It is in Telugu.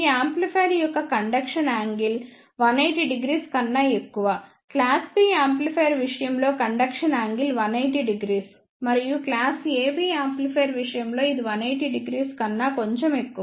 ఈ యాంప్లిఫైయర్ యొక్క కండక్షన్ యాంగిల్ 1800 కన్నా ఎక్కువ క్లాస్ B యాంప్లిఫైయర్ విషయంలో కండక్షన్ యాంగిల్ 1800 మరియు క్లాస్ AB యాంప్లిఫైయర్ విషయంలో ఇది 1800 కన్నా కొంచెం ఎక్కువ